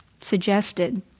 suggested